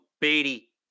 Beatty